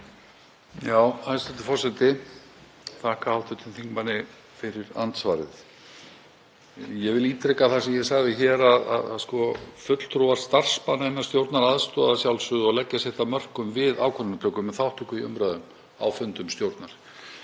Hæstv. forseti. Ég þakka hv. þingmanni fyrir andsvarið. Ég vil ítreka það sem ég sagði hér að fulltrúar starfsmanna innan stjórnar aðstoða að sjálfsögðu og leggja sitt af mörkum við ákvarðanatöku með þátttöku í umræðum á fundum stjórnar.